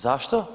Zašto?